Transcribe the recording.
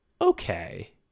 okay